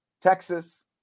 Texas